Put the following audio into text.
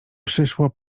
przyszło